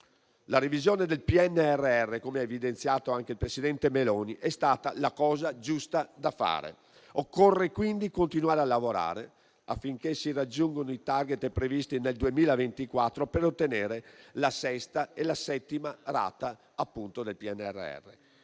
La revisione del PNRR, come ha evidenziato anche il presidente Meloni, è stata la cosa giusta da fare. Occorre quindi continuare a lavorare affinché si raggiungano i *target* previsti nel 2024 per ottenere la sesta e la settima rata del PNRR.